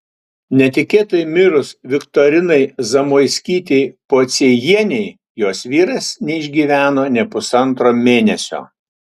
netikėtai mirus viktorinai zamoiskytei pociejienei jos vyras neišgyveno nė pusantro mėnesio